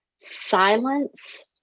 silence